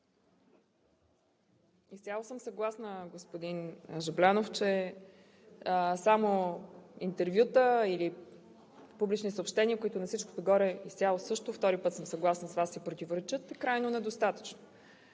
Изцяло съм съгласна, господин Жаблянов, че само интервюта или публични съобщения, които на всичко отгоре – втори път съм съгласна с Вас, че си противоречат, е крайно недостатъчно.